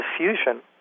diffusion